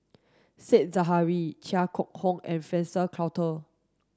Said Zahari Chia Keng Hock and Frank Cloutier